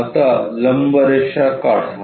आता लंब रेषा काढा